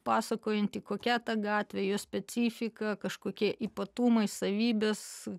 pasakojanti kokia ta gatvė jos specifika kažkokie ypatumai savybės